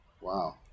Wow